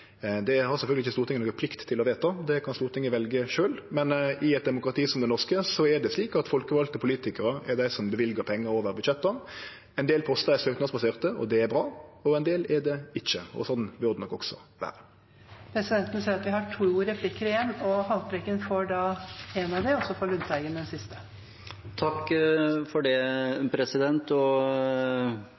Det har sjølvsagt ikkje Stortinget noka plikt til vedta, det kan Stortinget velje sjølv, men i eit demokrati som det norske er det slik at folkevalde politikarar er dei som løyver pengar over budsjetta. Ein del postar er søknadsbaserte, og det er bra, og ein del er det ikkje. Slik bør det nok også